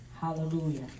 Hallelujah